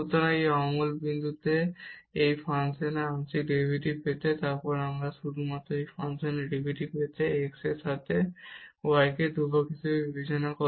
সুতরাং এই অমৌলিক বিন্দুতে এই ফাংশনের আংশিক ডেরিভেটিভ পেতে তারপর আমাদের আমরা শুধু এই ফাংশনের ডেরিভেটিভ পেতে পারি x এর সাথে এই y কে ধ্রুবক হিসেবে বিবেচনা করে